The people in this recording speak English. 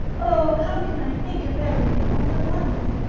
oh, how can i think of everything all at once?